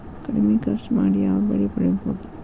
ಕಡಮಿ ಖರ್ಚ ಮಾಡಿ ಯಾವ್ ಬೆಳಿ ಬೆಳಿಬೋದ್?